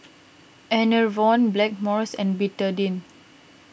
Enervon Blackmores and Betadine